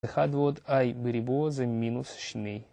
אחד ועוד i בריבוע זה מינוס שני